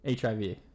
HIV